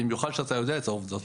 במיוחד שאתה יודע את העובדות.